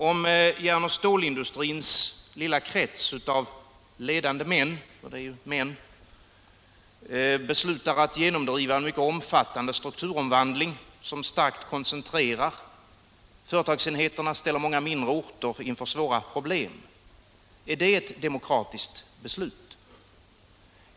Om järn och stålindustrins lilla krets av ledande män — för det är ju män — beslutar att genomdriva en mycket omfattande strukturomvandling, som starkt koncentrerar företagsenheterna och ställer många mindre orter inför svåra problem, är det ett demokratiskt beslut?